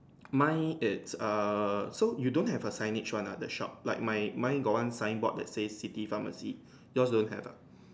mine it's err so you don't have a signage one lah the shop like my mine got one signboard that say city pharmacy yours don't have ah